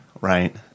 Right